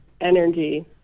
energy